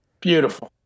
beautiful